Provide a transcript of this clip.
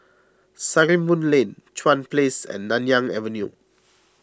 Sarimbun Lane Chuan Place and Nanyang Avenue